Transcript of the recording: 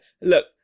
Look